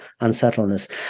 unsettleness